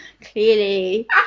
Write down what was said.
clearly